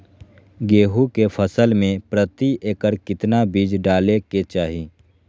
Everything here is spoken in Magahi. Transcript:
गेहूं के फसल में प्रति एकड़ कितना बीज डाले के चाहि?